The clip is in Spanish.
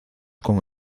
con